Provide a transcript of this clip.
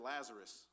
Lazarus